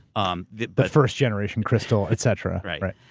um the but first generation kristol, etc. right.